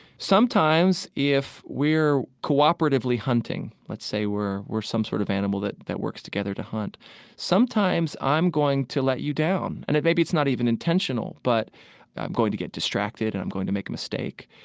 sometimes, if we're cooperatively hunting let's say we're we're some sort of animal that that works together to hunt sometimes, i'm going to let you down. and maybe it's not even intentional, but i'm going to get distracted and i'm going to make a mistake.